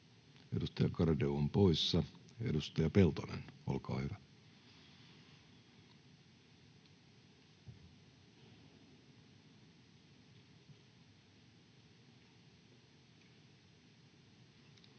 Edustaja Nurminen on poissa. — Edustaja Suhonen, olkaa hyvä.